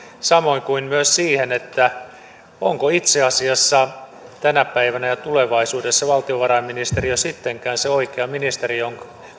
samoin kuin myös siihen onko itse asiassa tänä päivänä ja tulevaisuudessa valtiovarainministeriö sittenkään se oikea ministeriö jonka